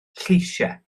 lleisiau